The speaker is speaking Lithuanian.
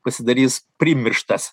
pasidarys primirštas